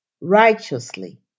righteously